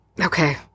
Okay